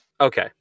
okay